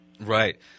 right